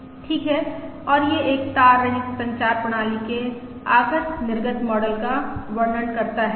ठीक है और यह एक तार रहित संचार प्रणाली के आगत निर्गत मॉडल का वर्णन करता है